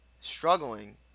Struggling